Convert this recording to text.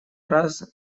раз